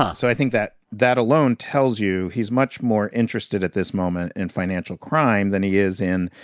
um so i think that that alone tells you he's much more interested at this moment in financial crime than he is in,